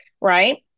right